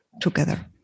together